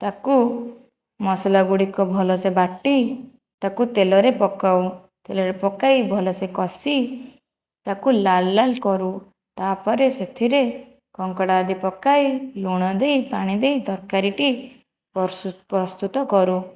ତାକୁ ମସଲା ଗୁଡ଼ିକ ଭଲସେ ବାଟି ତାକୁ ତେଲରେ ପକାଉ ତେଲରେ ପକାଇ ଭଲସେ କଷି ତାକୁ ଲାଲ ଲାଲ କରୁ ତାପରେ ସେଥିରେ କଙ୍କଡ଼ା ଆଦି ପକାଇ ଲୁଣ ଦେଇ ପାଣି ଦେଇ ତରକାରୀଟି ପର୍ଶୁ ପ୍ରସ୍ତୁତ କରୁ